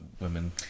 women